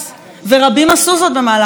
ורבים עשו זאת במהלך השנים.